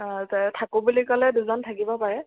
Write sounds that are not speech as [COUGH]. [UNINTELLIGIBLE] থাকো বুলি ক'লে দুজন থাকিব পাৰে